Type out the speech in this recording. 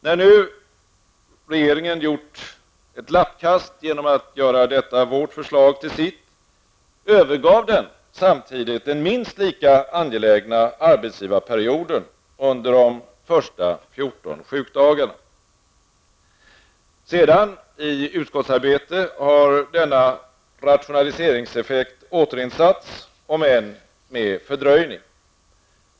När nu regeringen gjorde ett lappkast genom att göra detta förslag till sitt, övergav den samtidigt den lika angelägna arbetsgivarperioden under de första fjorton sjukdagarna. I utskottsarbetet har nu denna rationaliseringseffekt återinsatts, om än med fördröjning.